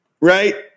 Right